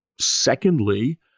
Secondly